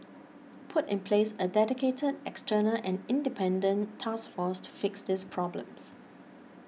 put in place a dedicated external and independent task force to fix these problems